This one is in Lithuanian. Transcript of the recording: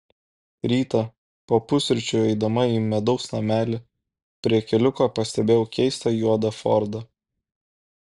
rytą po pusryčių eidama į medaus namelį prie keliuko pastebėjau keistą juodą fordą